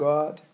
God